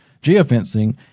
geofencing